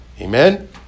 Amen